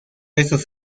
esos